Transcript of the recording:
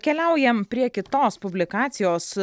keliaujam prie kitos publikacijos